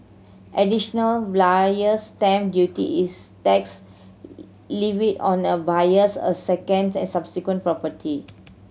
Additional Buyer's Stamp Duty is tax levied on a buyer's a second and subsequent property